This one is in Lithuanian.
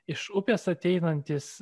iš upės ateinantys